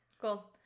Cool